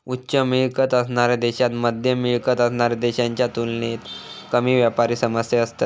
उच्च मिळकत असणाऱ्या देशांत मध्यम मिळकत असणाऱ्या देशांच्या तुलनेत कमी व्यापारी समस्या असतत